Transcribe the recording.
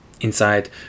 inside